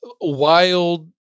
Wild